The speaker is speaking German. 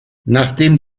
nachdem